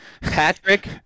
Patrick